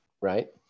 right